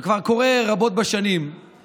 ייצוג הנשים זה ציפור נפש.